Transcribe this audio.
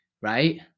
right